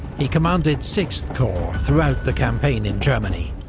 he commanded sixth corps throughout the campaign in germany,